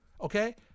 Okay